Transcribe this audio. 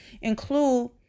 include